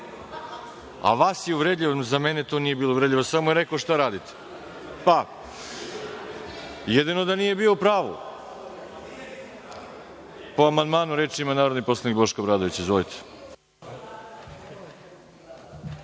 A, vas je uvredio? Za mene to nije bilo uvredljivo. Samo je rekao šta radite. Pa, jedino da nije bio u pravu. Po amandmanu reč ima narodni poslanik Boško Obradović. Izvolite.